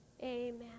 amen